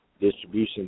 distribution